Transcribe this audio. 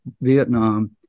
vietnam